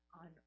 on